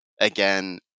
again